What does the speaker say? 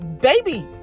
baby